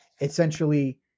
essentially